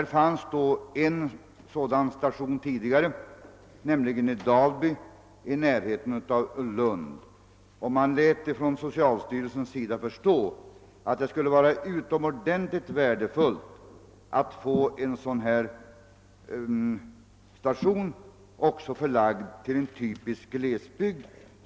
Det fanns tidigare en sådan station i vårt land, nämligen i Dalby i närheten av Lund. Man lät från socialstyrelsen förstå att det skulle vara utomordentligt värdefullt att få en sådan station förlagd också till en typisk glesbygd.